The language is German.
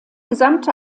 gesamte